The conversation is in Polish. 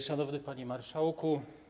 Szanowny Panie Marszałku!